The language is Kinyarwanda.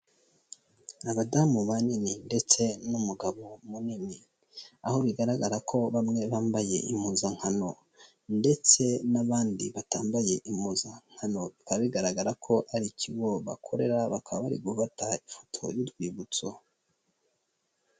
Abadamu banini ndetse n'umugabo munini, aho bigaragara ko bamwe bambaye impuzankano ndetse n'abandi batambaye impuzankano, bigaragara ko ari ikigo bakorera bakaba bari gufata ifoto y'urwibutso.